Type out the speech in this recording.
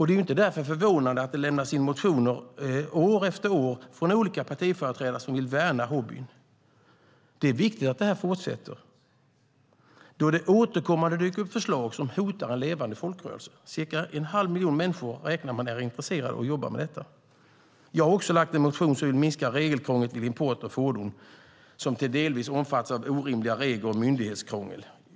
Det är därför inte förvånande att det år efter år lämnas in motioner från olika partiföreträdare som vill värna hobbyn. Det är viktigt att det här fortsätter, då det återkommande dyker upp förslag som hotar en levande folkrörelse - cirka en halv miljon människor räknar man med är intresserade av och jobbar med detta. Jag har också lämnat in en motion om att minska regelkrånglet vid import av fordon som delvis omfattas av orimliga regler och myndighetskrångel.